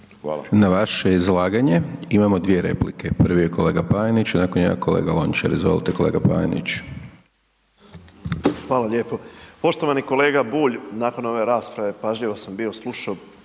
Na vaše izlaganje imamo dvije replike, prvi je kolega Panenić a nakon njega kolega Lončar. Izvolite kolega Panenić. **Panenić, Tomislav (MOST)** Hvala lijepo. Poštovani kolega Bulj, nakon ove rasprave pažljivo sam bio slušao